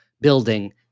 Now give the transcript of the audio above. building